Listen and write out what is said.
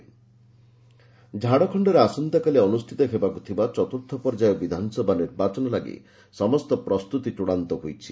Jharkhand election ଝାଡ଼ଖଣ୍ଡରେ ଆସନ୍ତାକାଲି ଅନୁଷ୍ଠିତ ହେବାକୁଥିବା ଚତୁର୍ଥ ପର୍ଯ୍ୟାୟ ବିଧାନସଭା ନିର୍ବାଚନ ଲାଗି ସମସ୍ତ ପ୍ରସ୍ତୁତି ଚୂଡ଼ାନ୍ତ ହୋଇଛି